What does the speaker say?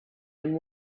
and